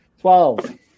Twelve